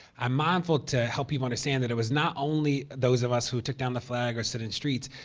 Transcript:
i'm mindful to help people understand that it was not only those of us who took down the flag or sit in streets,